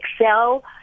excel